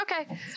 Okay